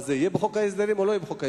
אבל זה יהיה בחוק ההסדרים או לא יהיה בחוק?